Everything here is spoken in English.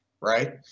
right